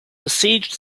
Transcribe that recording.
besieged